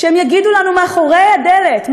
שהם יגידו לנו מאחורי הדלת,